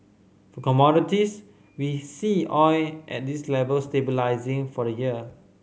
for commodities we see oil at this level stabilising for the year